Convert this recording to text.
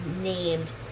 named